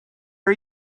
are